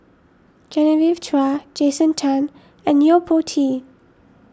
Genevieve Chua Jason Chan and Yo Po Tee